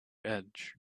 edge